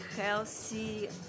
healthy